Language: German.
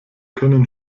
können